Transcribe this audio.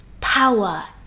power